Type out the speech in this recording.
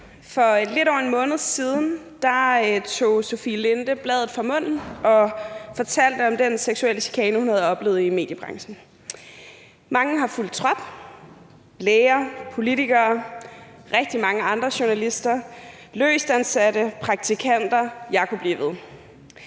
For lidt over en måned siden tog Sofie Linde bladet fra munden og fortalte om den seksuelle chikane, hun havde oplevet i mediebranchen, og mange har fulgt trop: læger, politikere, rigtig mange andre journalister, løst ansatte, praktikanter, og jeg kunne blive ved.